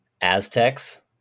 Aztecs